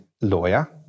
lawyer